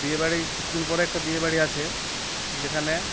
বিয়েবাড়ি কিছু দিন পরে একটা বিয়েবাড়ি আছে যেখানে